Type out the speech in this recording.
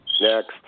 Next